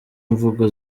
mvugo